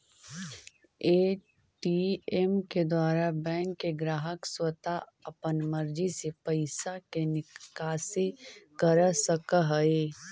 ATM के द्वारा bank के ग्राहक स्वता अपन मर्जी से पैइसा के निकासी कर सकऽ हइ